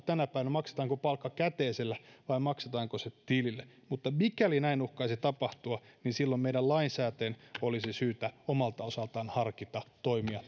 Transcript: tänä päivänä valita maksetaanko palkka käteisellä vai maksetaanko se tilille mutta mikäli näin uhkaisi tapahtua niin silloin meidän lainsäätäjien olisi syytä omalta osaltamme harkita toimia